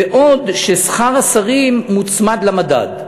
בעוד ששכר השרים מוצמד למדד,